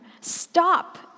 Stop